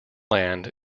land